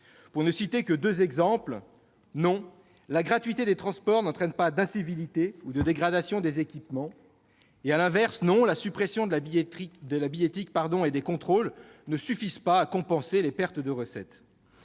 Je ne citerai que deux exemples. Non, la gratuité des transports ne conduit pas aux incivilités ou à une dégradation des équipements. Et non, la suppression de la billettique et des contrôles ne suffit pas à compenser les pertes de recettes.